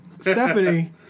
Stephanie